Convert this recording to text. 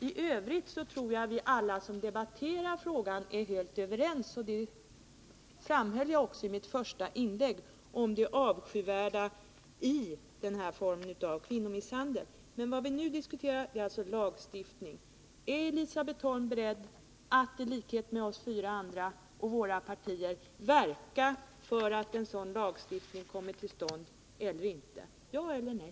I övrigt tror jag att vi alla som debatterar frågan är helt överens — och det framhöll jag också i mitt första inlägg — om det avskyvärda i den här formen av kvinnomisshandel. Men vad vi nu diskuterar är lagstiftning. Är Elisabet Holm beredd att, i likhet med oss fyra andra och våra partier, verka för att en sådan lagstiftning kommer till stånd eller inte? Ja eller nej?